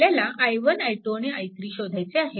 आपल्याला i1 i2 आणि i3 शोधायचे आहेत